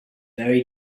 very